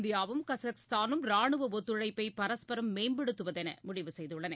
இந்தியாவும் கஜகஸ்தானும் ராணுவஒத்துழைப்பபரஸ்பரம் மேம்படுத்துவதெனமுடிவு செய்துள்ளன